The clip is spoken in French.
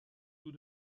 tous